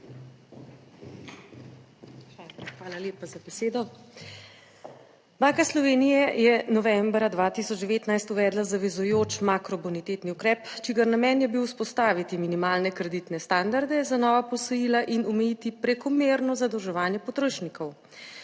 hvala lepa za besedo. Banka Slovenije je novembra 2019 uvedla zavezujoč makrobonitetni ukrep, čigar namen je bil vzpostaviti minimalne kreditne standarde za nova posojila in omejiti prekomerno zadolževanje potrošnikov.